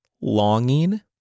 longing